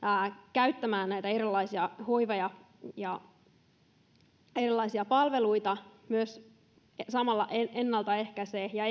käyttämään näitä erilaisia hoiva ja ja muita palveluita samalla ennaltaehkäisee ja